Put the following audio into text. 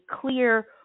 clear